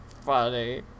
funny